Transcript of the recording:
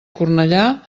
cornellà